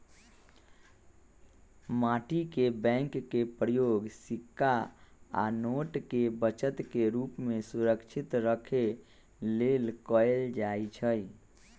माटी के बैंक के प्रयोग सिक्का आ नोट के बचत के रूप में सुरक्षित रखे लेल कएल जाइ छइ